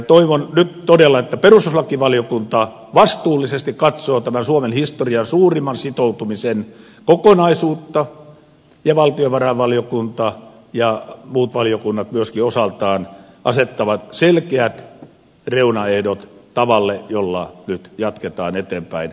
toivon nyt todella että perustuslakivaliokunta vastuullisesti katsoo tämän suomen historian suurimman sitoutumisen kokonaisuutta ja valtiovarainvaliokunta ja muut valiokunnat myöskin osaltaan asettavat selkeät reunaehdot tavalle jolla nyt jatketaan eteenpäin